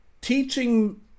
teaching